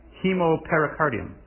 hemopericardium